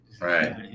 Right